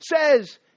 says